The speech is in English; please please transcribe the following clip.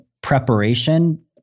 preparation